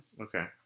Okay